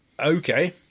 okay